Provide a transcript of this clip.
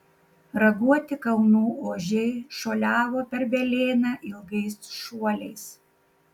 raguoti kalnų ožiai šuoliavo per velėną ilgais šuoliais